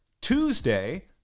Tuesday